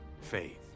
faith